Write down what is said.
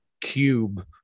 cube